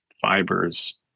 fibers